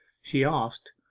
she asked,